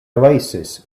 oasis